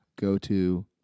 go-to